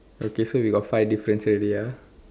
okay so we got five differences already ah